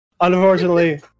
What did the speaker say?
Unfortunately